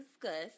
discuss